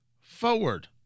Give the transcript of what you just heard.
forward